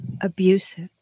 abusive